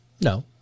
No